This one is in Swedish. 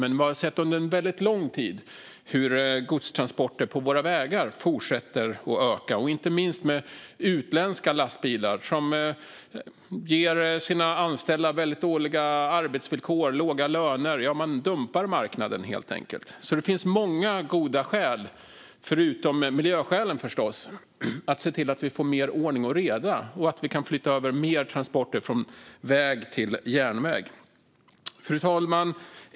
Men under en väldigt lång tid har vi sett att godstransporterna på väg fortsätter att öka. Det gäller inte minst utländska lastbilar. Dessa åkare ger sina anställda väldigt dåliga arbetsvillkor och låga löner. Man dumpar marknaden helt enkelt. Det finns således många goda skäl - förutom miljöskälen förstås - att se till att vi får mer ordning och reda och flytta över mer transporter från väg till järnväg. Fru talman!